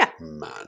man